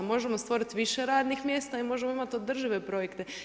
Možemo stvoriti više radnih mjesta, možemo imati održive projekte.